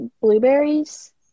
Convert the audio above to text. blueberries